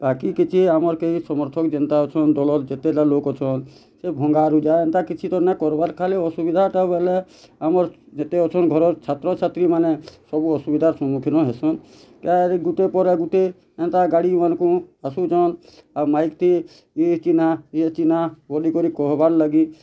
ବାକି କିଛି ଆମର୍ କେହି ସମର୍ଥକ୍ ଯେନ୍ତା ଅଛନ୍ ଦଲର୍ ଯେତେଟା ଲୋକ୍ ଅଛନ୍ ସେ ଭଙ୍ଗା ରୁଜା ଏନ୍ତା କିଛି ତ ନା କର୍ବାର୍ ଖାଲି ଅସୁବିଧାଟା ବେଲେ ଆମର୍ ଯେତେ ଅଛନ୍ ଘରର୍ ଛାତ୍ର ଛାତ୍ରୀମାନେ ସବୁ ଅସୁବିଧାର୍ ସମ୍ମୁଖୀନ୍ ହେସନ୍ କେଁଜେ ଗୁଟେ ପରେ ଗୁଟେ ଏନ୍ତା ଗାଡ଼ିମାନ୍କୁ ଆସୁଛନ୍ ଆଉ ମାଇକ୍ଥି ଇଏ ଚିହ୍ନ ଇଏ ଚିହ୍ନ ବୋଲିକରି କହେବାର୍ ଲାଗି